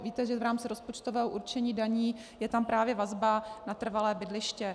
Víte, že v rámci rozpočtového určení daní je tam právě vazba na trvalé bydliště.